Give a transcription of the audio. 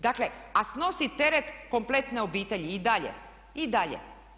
Dakle, a snosi teret kompletne obitelji i dalje, i dalje.